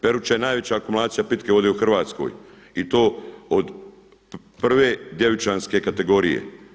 Peruča je najveća akumulacija pitke vode u Hrvatskoj i to od prve djevičanske kategorije.